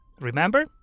Remember